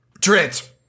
Trent